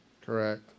Correct